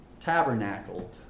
tabernacled